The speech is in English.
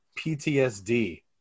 PTSD